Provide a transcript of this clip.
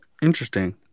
Interesting